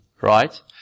right